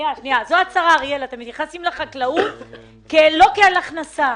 אלה עסקים שעבדו, לא רק שעבדו באופן